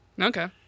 Okay